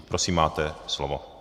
Prosím, máte slovo.